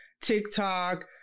TikTok